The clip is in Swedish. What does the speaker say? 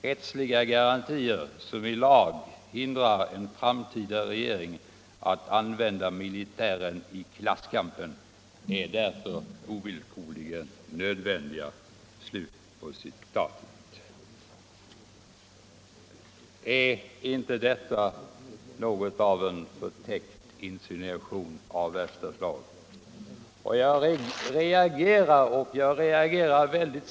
Rättsliga garantier som i lag hindrar en framtida regering att använda militären i klasskampen är därför ovillkorligen nödvändiga.” Är inte detta något av en förtäckt insinuation av värsta slag?